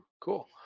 Cool